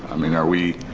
i mean, are we.